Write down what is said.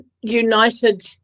united